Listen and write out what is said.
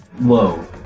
Low